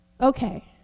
Okay